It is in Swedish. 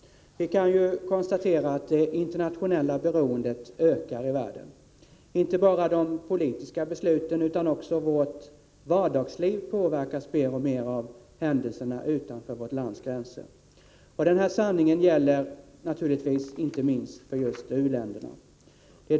Vi kan ju konstatera att det internationella beroendet ökar i världen. Inte bara de politiska besluten utan också vårt vardagsliv påverkas mer och mer av händelserna utanför vårt lands gränser. Denna sanning gäller naturligtvis inte minst u-länderna.